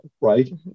right